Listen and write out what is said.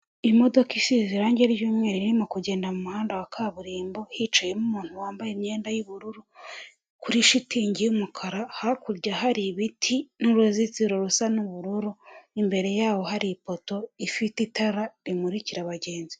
Imodoka isize irangi ry'umweru irimo kugenda mu muhanda wa kaburimbo, hicayemo umuntu wambaye imyenda y'ubururu kuri shitingi y'umukara, hakurya hari ibiti n'uruzitiro rusa n'ubururu, imbere yaho hari ipoto ifite itara rimurikira abagenzi.